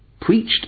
preached